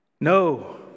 No